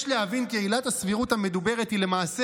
יש להבין כי 'עילת הסבירות' המדוברת היא למעשה